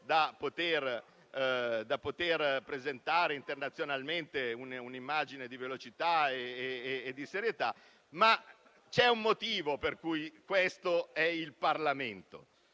da poter presentare internazionalmente una immagine di velocità e di serietà. Ma c'è un motivo per cui questo è il Parlamento.